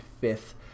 fifth